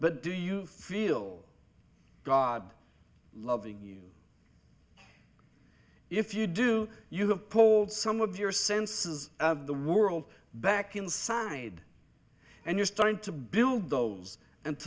but do you feel god loving you if you do you have pulled some of your senses of the world back inside and you're starting to build those and